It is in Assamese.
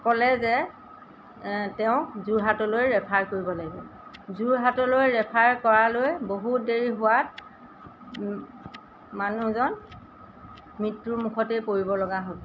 ক'লে যে তেওঁক যোৰহাটলৈ ৰেফাৰ কৰিব লাগিব যোৰহাটলৈ ৰেফাৰ কৰালৈ বহুত দেৰি হোৱাত মানুহজন মৃত্যুৰ মুখতেই পৰিবলগা হ'ব